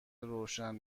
روشن